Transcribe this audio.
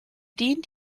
dient